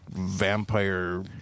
vampire